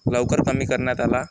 लवकर कमी करण्यात आला